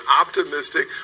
optimistic